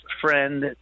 friend